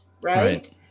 Right